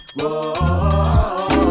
Whoa